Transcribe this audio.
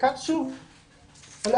באים